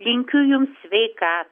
linkiu jums sveikatos